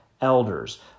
elders